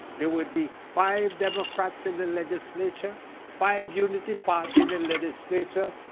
there would be five democrats in the legislature. five unity party in the legislature.